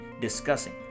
discussing